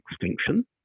extinction